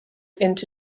into